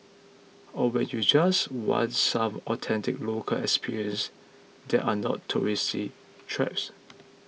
or when you just want some authentic local experiences that are not tourist traps